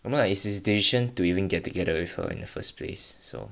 no lah it's his decision to even get together with her in the first place so